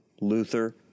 Luther